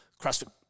CrossFit